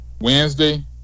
Wednesday